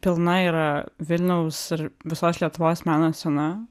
pilna yra vilniaus ir visos lietuvos meno scena